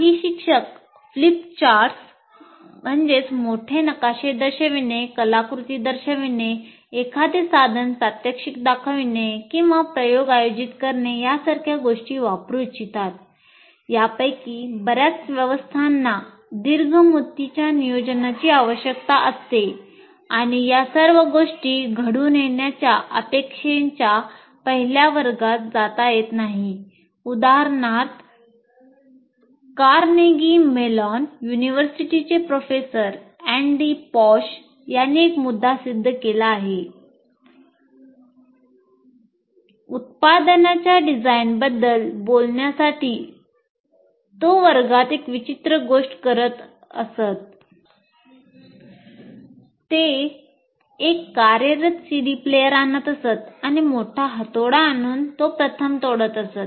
काही शिक्षक फ्लिपचार्ट्स आणत असत आणि मोठा हातोडा आणून तो प्रथम तोडत असत